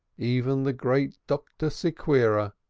even the great dr. sequira,